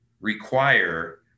require